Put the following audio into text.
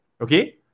okay